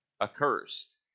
accursed